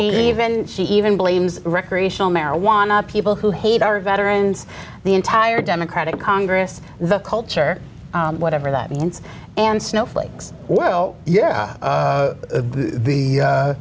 even she even blames recreational marijuana people who hate our veterans the entire democratic congress the culture whatever that means and snowflakes well yeah the